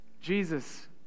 Jesus